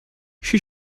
she